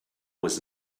was